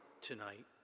tonight